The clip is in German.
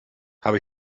habe